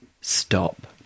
Stop